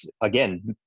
again